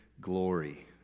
glory